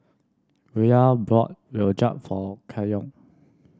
Villa bought rojak for Kenyon